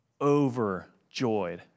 Overjoyed